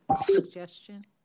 suggestion